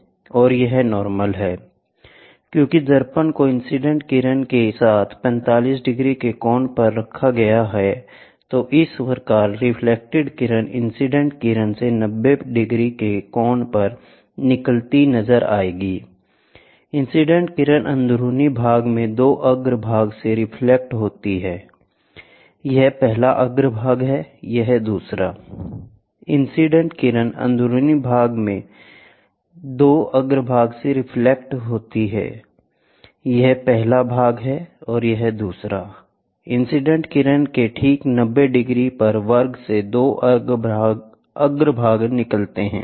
और यह नॉर्मल है I क्योंकि दर्पण को इंसिडेंट किरण के साथ 45 डिग्री के कोण पर रखा गया है तो इस प्रकार रिफ्लेक्टेड किरण इंसिडेंट किरण से 90 डिग्री के कोण पर निकलती नजर आएगी I इंसिडेंट किरण अंदरूनी भाग में दो अग्र भाग से रिफ्लेक्ट होगीI यह पहला अग्रभाग है यह दूसरा I इंसीडेंट किरण के ठीक 90 डिग्री पर वर्ग से 2 अग्रभाग निकलते हैं